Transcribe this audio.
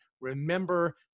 Remember